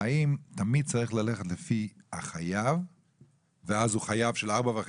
- האם תמיד צריך ללכת לפי החייב ואז הוא חייב לגבי 4.5